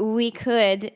we could,